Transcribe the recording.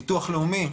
ביטוח לאומי,